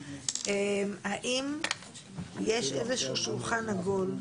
האם יש איזה שהוא שולחן עגול,